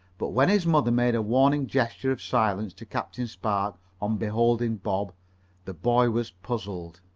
but when his mother made a warning gesture of silence to captain spark on beholding bob the boy was puzzled.